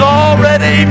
already